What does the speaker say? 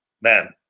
man